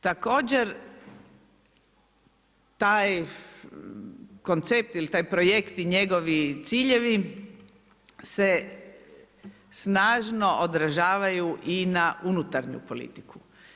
Također taj koncept ili taj projekt i njegovi ciljevi se snažno odražavaju i na unutarnju politiku.